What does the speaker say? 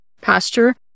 pasture